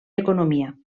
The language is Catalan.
economia